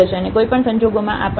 અને કોઈ પણ સંજોગોમાં આ પણ નથી